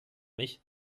mich